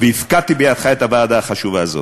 והפקדתי בידיך את הוועדה החשובה הזאת.